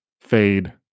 fade